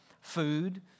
food